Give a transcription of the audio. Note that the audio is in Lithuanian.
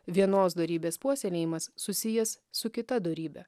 vienos dorybės puoselėjimas susijęs su kita dorybe